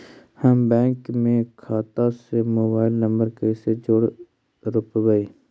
हम बैंक में खाता से मोबाईल नंबर कैसे जोड़ रोपबै?